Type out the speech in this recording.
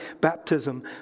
baptism